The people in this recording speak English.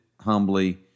humbly